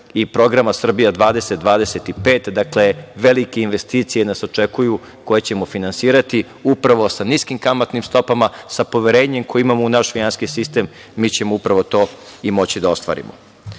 i Programa „Srbija 20-25“. Dakle, velike investicije nas očekuju, koje ćemo finansirati upravo sa niskim kamatnim stopama sa poverenjem koje imamo u naš finansijski sistem, mi ćemo upravo to i moći da ostvarimo. Pred